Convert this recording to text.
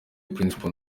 principal